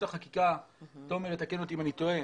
החקיקה - ותומר יתקן אותי אם אני טועה